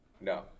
No